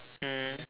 mm